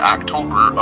October